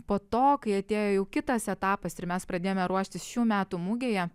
po to kai atėjo jau kitas etapas ir mes pradėjome ruoštis šių metų mugėje